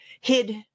hid